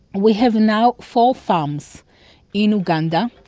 we have now four farms in uganda.